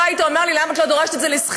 לא היית אומר לי: למה את לא דורשת את זה לשכירים.